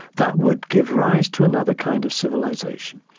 that would give rise to another kind of civilization.